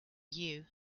you